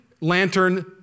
lantern